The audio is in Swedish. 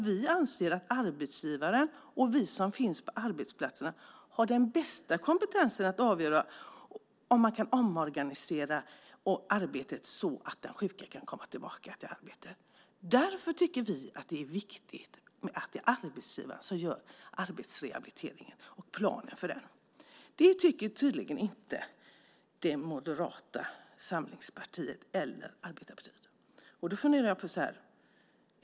Vi anser att arbetsgivaren och vi som finns på arbetsplatsen har den bästa kompetensen att avgöra om det går att omorganisera arbetet så att den sjuke kan komma tillbaka till arbetet. Därför är det viktigt att arbetsgivaren gör planen för arbetsrehabiliteringen. Det tycker tydligen inte Moderata samlingspartiet - arbetarpartiet.